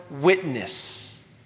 witness